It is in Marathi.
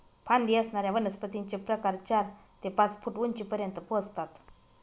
फांदी असणाऱ्या वनस्पतींचे प्रकार चार ते पाच फूट उंचीपर्यंत पोहोचतात